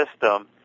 system